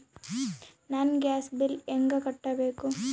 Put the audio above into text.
ನನ್ನ gas bill ಹೆಂಗ ಕಟ್ಟಬೇಕು?